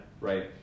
Right